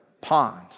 pond